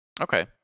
Okay